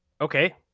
Okay